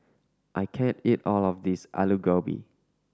I can't eat all of this Alu Gobi